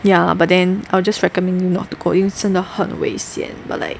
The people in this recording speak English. ya but then I will just recommend not to go 因为真的很危险 but like